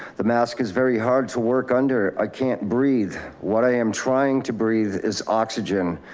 the mask is very hard to work under, i can't breathe. what i am trying to breathe is oxygen,